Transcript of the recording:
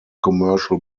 commercial